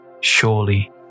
Surely